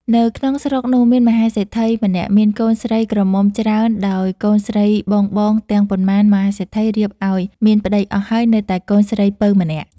នៅក្នុងស្រុកនោះមានមហាសេដ្ឋីម្នាក់មានកូនស្រីក្រមុំច្រើនដោយកូនស្រីបងៗទាំងប៉ុន្មានមហាសេដ្ឋីរៀបឲ្យមានប្ដីអស់ហើយនៅតែកូនស្រីពៅម្នាក់។